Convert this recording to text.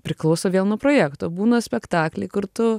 priklauso vėl nuo projekto būna spektakliai kur tu